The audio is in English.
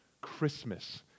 Christmas